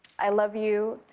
i love you.